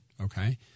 Okay